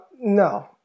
no